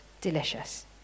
delicious